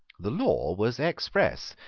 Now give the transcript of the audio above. the law was express.